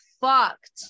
fucked